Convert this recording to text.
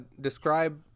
describe